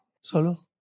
Solo